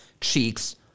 cheeks